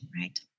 Right